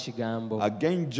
Again